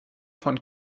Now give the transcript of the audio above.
von